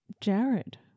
Jared